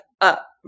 up